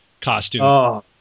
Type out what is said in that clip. costume